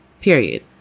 Period